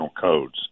codes